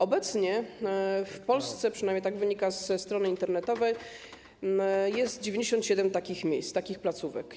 Obecnie w Polsce - przynajmniej tak wynika ze strony internetowej - jest 97 takich miejsc, takich placówek.